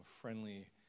friendly